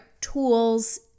tools